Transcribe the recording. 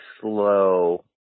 slow